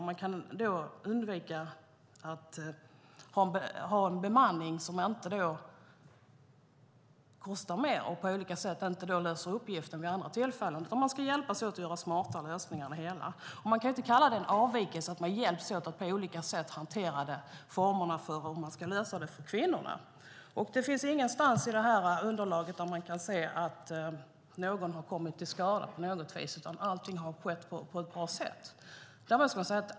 Då kan man undvika att ha en bemanning som kostar mer och som inte löser uppgiften vid andra tillfällen. Man ska hjälpas åt och göra smarta lösningar. Man kan inte kalla det en avvikelse att man på olika sätt hjälps åt att hantera hur man ska lösa det för kvinnorna. Ingenstans i det här underlaget kan man se att någon har kommit till skada. Allting har skett på ett bra sätt.